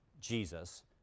Jesus